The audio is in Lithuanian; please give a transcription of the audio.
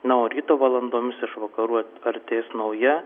na o ryto valandomis iš vakarų artės nauja